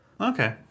Okay